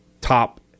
top